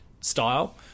style